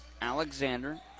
Alexander